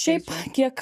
šiaip kiek